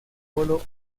colo